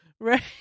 right